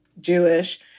Jewish